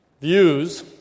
views